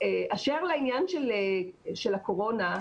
לעניין של הקורונה,